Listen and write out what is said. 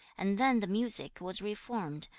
and then the music was reformed,